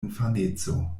infaneco